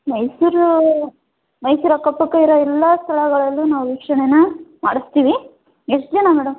ಮೈಸೂರು ಮೈಸೂರು ಅಕ್ಕಪಕ್ಕ ಇರೋ ಎಲ್ಲ ಸ್ಥಳಗಳಲ್ಲೂ ನಾವು ವೀಕ್ಷಣೆನ ಮಾಡಿಸ್ತೀವಿ ಎಷ್ಟು ಜನ ಮೇಡಮ್